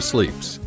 Sleeps